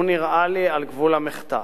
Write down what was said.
הוא נראה לי על גבול המחטף.